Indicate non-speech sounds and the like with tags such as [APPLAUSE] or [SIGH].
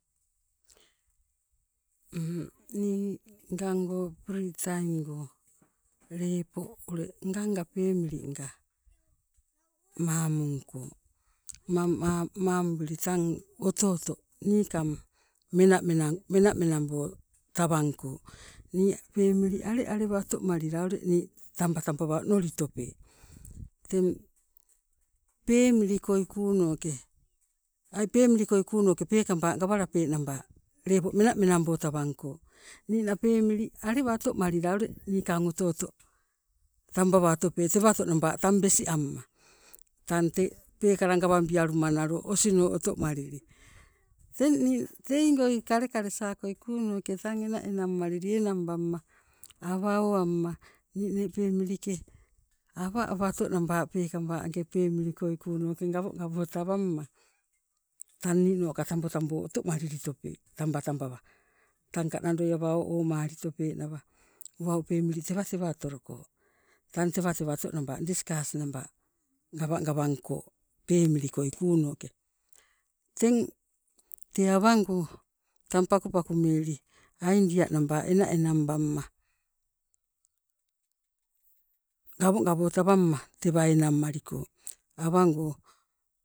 [HESITATION] nii ngango pri taim go lepo ule nganga pemilinga mamungko, mangmang mamubili tang oto oto niikang menamenang menamenabo tawangko nii pemili alealewa oto malila nii ule taba tabawa onolitope. Teng pemili koi kuunoke ai pemili koi kuunoke peekaba gawalape naba menamenabo tawangko niina pemili alewa otomalila ule niikang oto oto tambawa otope tewato naba tang besiamma tang te peekala gawabialumanalo osino otomalili. Teng nii teigoi kalekalesa kuunoke tang ena enangmalili enangbamma awa owamma nii nee pemilike awa awato naba peekaba ange pemili koi kuunoke gawogawo tawamma tang ninoka tabotabonoka otomalili tope tambatabawa tangka nandoi awa o o malitopenawa au pemili tewatewa otoloko tang diskas naba gawangko pemili koi kuunoke. Teng tee awango tang pakupaku meli aidia naba ena enang bamma, gawogawo tawamma tewa enang maliko awango